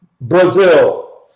Brazil